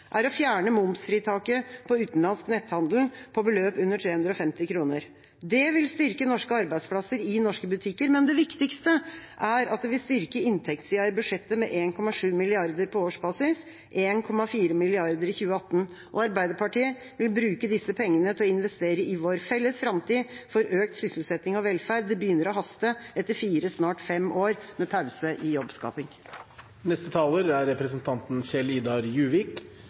er å fjerne momsfritaket på utenlandsk netthandel på beløp under 350 kr. Det vil styrke norske arbeidsplasser i norske butikker, men det viktigste er at det vil styrke inntektssida i budsjettet med 1,7 mrd. kr på årsbasis, 1,4 mrd. kr i 2018. Arbeiderpartiet vil bruke disse pengene til å investere i vår felles framtid for økt sysselsetting og velferd. Det begynner å haste etter fire år, snart fem, med pause i